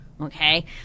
okay